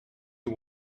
you